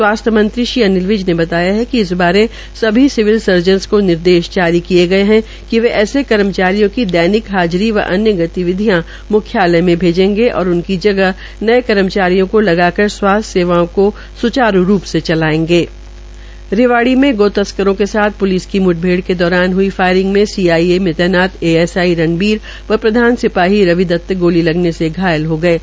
स्वास्थ्य मंत्री अनिल विज ने बताया कि इस बारे सभी सिविल सर्जनस को निर्देश जारी किये गये है कि वे ऐसे कर्मचारियों की दैनिक हाजरी व अन्य गतिविधियां मुख्यालय में भेंजेगे और उनकी जगह नये कर्मचारियों को लगाकर स्वास्थ्य सेवाओं को सुचारू रूप से चलायेंगे रिवाड़ी में गो तस्करों के साथ प्लिस की मुठभेड़ के दौरान हई फायरिंग में सीआईए में तैनता एएसआई रणबीर व प्रधान सिपाही रवि दन्त गोली लगने से घायल हो गये है